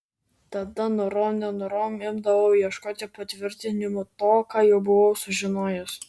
tada norom nenorom imdavau ieškoti patvirtinimų to ką jau buvau sužinojęs